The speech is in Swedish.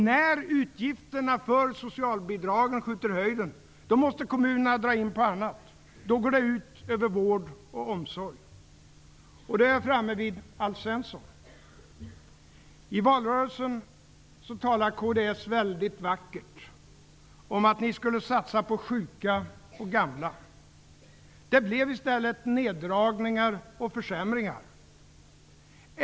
När utgifterna för socialbidragen skjuter i höjden måste kommunerna dra in på annat. Då går det ut över vård och omsorg. Och då är jag framme vid Alf Svensson. I valrörelsen talade kds väldigt vackert om att ni skulle satsa på sjuka och gamla. Det blev i stället neddragningar och försämringar.